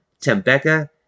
Tembeka